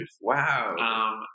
Wow